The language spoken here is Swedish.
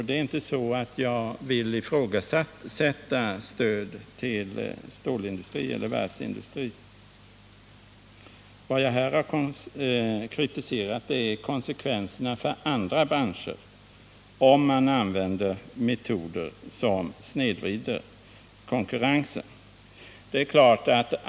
Det är inte så att jag vill ifrågasätta stöd till stålindustri eller varvsindustri, utan vad jag har kritiserat är konsekvenserna för andra branscher om man använder metoder som snedvrider konkurrensen.